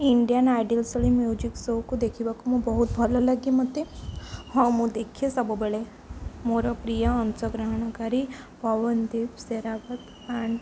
Indian idol ଶୈଳୀ music ସୋକୁ ଦେଖିବାକୁ ମୁଁ ବହୁତ ଭଲ ଲାଗେ ମୋତେ ହଁ ମୁଁ ଦେଖେ ସବୁବେଳେ ମୋର ପ୍ରିୟ ଅଂଶଗ୍ରହଣକାରୀ ପବନଦୀପ ସେରାବତ ଆଣ୍ଡ